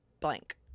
blank